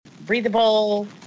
breathable